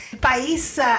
país